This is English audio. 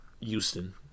Houston